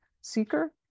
seeker